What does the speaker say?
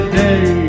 day